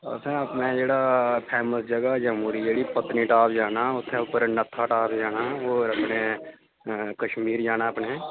असें अपना जेह्ड़ा फेमस जगह जम्मू दी जेह्ड़ी असें पत्नीटाप जाना उत्थें उप्पर नत्थाटाप जाना होर अपने कश्मीर जाना अपने